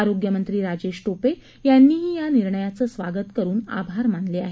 आरोग्यमंत्री राजेश टोपे यांनीही या निर्णयाचं स्वागत करून आभार मानले आहेत